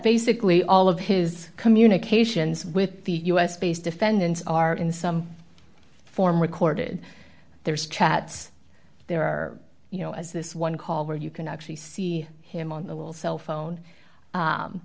basically all of his communications with the u s based defendants are in some form recorded there's chats there or you know as this one call where you can actually see him on the little cell phone